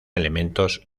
elementos